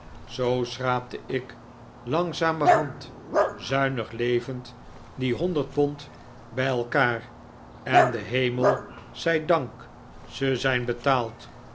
zoo schraapte ik langzamerhand zuinig levend die honderd pond bij elkaar en den hemel zij dank ze zijn betaald